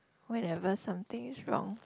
whenever something is wrong